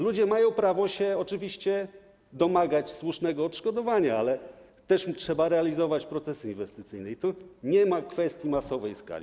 Ludzie mają prawo oczywiście domagać się słusznego odszkodowania, ale też trzeba realizować procesy inwestycyjne, tu nie ma kwestii masowej skali.